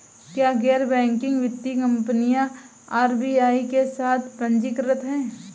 क्या गैर बैंकिंग वित्तीय कंपनियां आर.बी.आई के साथ पंजीकृत हैं?